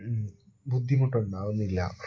ബുദ്ധിമുട്ടുണ്ടാവുന്നില്ല